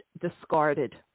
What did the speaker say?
discarded